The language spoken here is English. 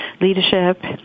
leadership